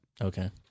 Okay